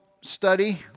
study